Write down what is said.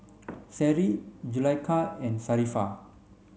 Seri Zulaikha and Sharifah